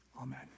Amen